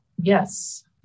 Yes